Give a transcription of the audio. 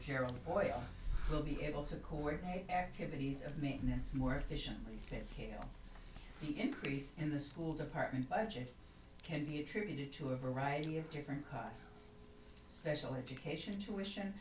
gerald boy will be able to coordinate activities of maintenance more efficiently save the increase in the school department budget can be attributed to a variety of different costs special education jewish and